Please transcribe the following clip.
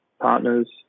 Partners